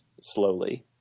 slowly